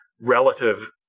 relative